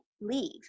leave